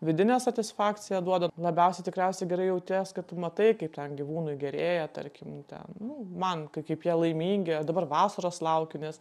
vidinę satisfakciją duoda labiausiai tikriausiai gerai jauties kad tu matai kaip ten gyvūnui gerėja tarkim ten nu man ka kaip jie laimingi o dabar vasaros laukiu nes